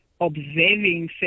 observing